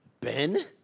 Ben